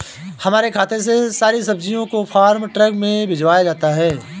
हमारे खेत से सारी सब्जियों को फार्म ट्रक में भिजवाया जाता है